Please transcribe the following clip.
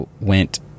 went